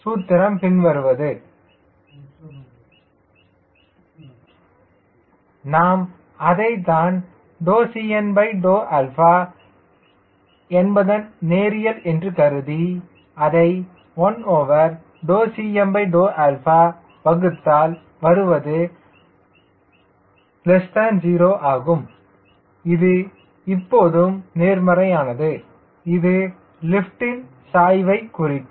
Cmo0 நாம் அதைப் தான்CN என்பது நேரியல் என்று கருதி அதை 1Cm வகுத்தால் வருவது 0 ஆகும் இது எப்போதும் நேர்மறையானது இது லிப்ட் ன் சாய்வு ஆகும்